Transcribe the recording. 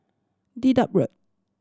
Dedap Road